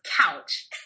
couch